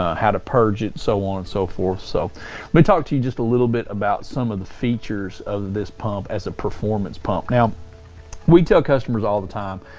ah how to purge it, so on and so forth. so let me talk to you just a little bit about some of the features of this pump as a performance pump. now we tell customers all the time,